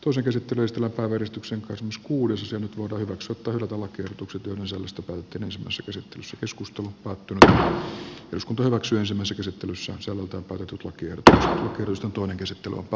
osa käsitti rastela tarkistuksen kosmos kuudes ja nyt voidaan hyväksyä tai hylätä lakiehdotukset joiden sisällöstä päätettiin ensimmäisessä käsittelyssä savuton pakatut ja kiertää rikosjutun käsittely on